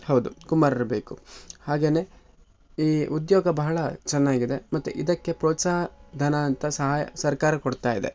ಹೌದು ಕುಂಬಾರರು ಬೇಕು ಹಾಗೆನೇ ಈ ಉದ್ಯೋಗ ಬಹಳ ಚೆನ್ನಾಗಿದೆ ಮತ್ತು ಇದಕ್ಕೆ ಪ್ರೋತ್ಸಾಹ ಧನ ಅಂತ ಸಹಾಯ ಸರ್ಕಾರ ಕೊಡ್ತಾ ಇದೆ